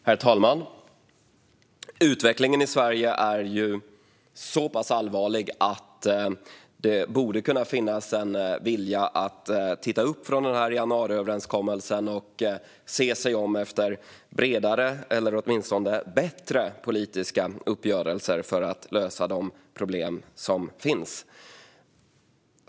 Herr talman! Utvecklingen i Sverige är så pass allvarlig att det borde finnas en vilja att titta upp från januariöverenskommelsen och se sig om efter bredare eller åtminstone bättre politiska uppgörelser för att lösa de problem som finns.